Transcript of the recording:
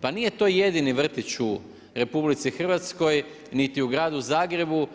Pa nije to jedini vrtić u RH niti u gradu Zagrebu